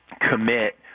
commit